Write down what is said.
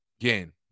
Again